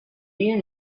you